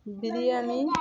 biryani